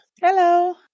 Hello